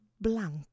blank